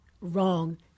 wrong